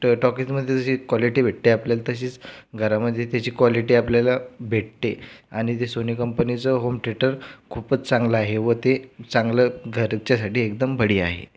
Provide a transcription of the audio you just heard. टॉकीजमध्ये जशी क्वालिटी भेटते आपल्याला तशीच घरामध्ये त्याची क्वालिटी आपल्याला भेटते आणि ते सोनी कंपनीचं होम थिएटर खूपच चांगलं आहे व ते चांगलं घरच्यासाठी एकदम बढिया आहे